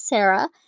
Sarah